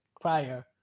prior